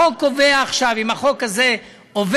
החוק קובע עכשיו, אם החוק הזה עובר,